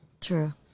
True